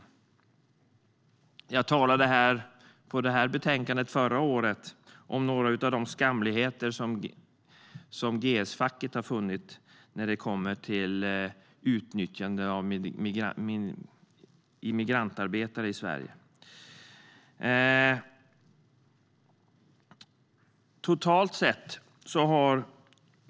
När jag förra året talade om motsvarande betänkande tog jag upp några av de skamligheter som GS-facket fann vad gäller utnyttjandet av migrantarbetare i Sverige.